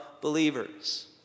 believers